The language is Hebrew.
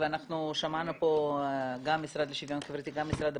ואנחנו שמענו פה גם את המשרד לשוויון חברתי וגם את משרד הבריאות,